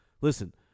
Listen